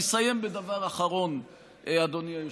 ואני אסיים בדבר אחרון, אדוני היושב-ראש.